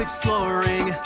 Exploring